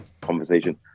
conversation